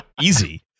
Easy